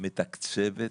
מתקצבת,